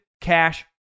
cash